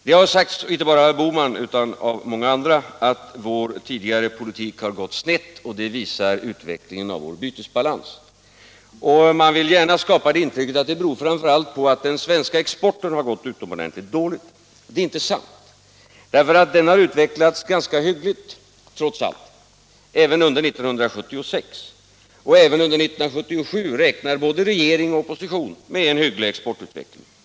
Det har sagts inte bara av herr Bohman utan även av många andra att vår tidigare politik har gått snett och att utvecklingen av vår bytesbalans visar det. Man vill gärna skapa ett intryck av att det framför allt beror på att den svenska exporten har varit utomordentligt dålig. Det är inte sant, därför att den trots allt har utvecklats ganska hyggligt även under 1976. Också för 1977 räknar både regering och opposition med en hygglig exportutveckling.